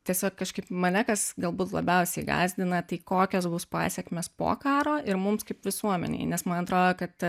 tiesiog kažkaip mane kas galbūt labiausiai gąsdina tai kokios bus pasekmės po karo ir mums kaip visuomenei nes man atrodo kad